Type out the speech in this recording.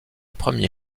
premiers